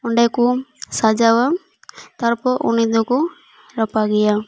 ᱚᱸᱰᱮ ᱠᱩ ᱥᱟᱡᱟᱶᱼᱟ ᱛᱟᱨᱯᱚᱨ ᱩᱱᱤ ᱫᱩᱠᱩ ᱨᱟᱯᱟᱜ ᱮᱭᱟ